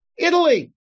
Italy